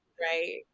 right